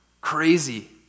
Crazy